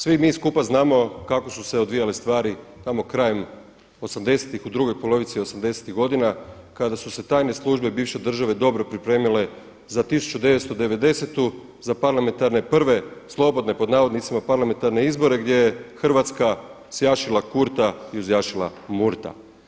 Svi mi skupa znamo kako su se odvijale stvari tamo krajem osamdesetih u drugoj polovici osamdesetih godina kada su se tajne službe bivše države dobro pripremile za 1990., za parlamentarne prve slobodne pod navodnicima parlamentarne izbore gdje je Hrvatska „sjašila Kurta i uzjašila Murta“